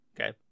okay